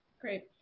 Great